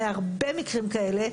מהרבה מקרים כאלה,